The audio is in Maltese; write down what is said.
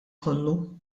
kollu